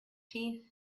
tea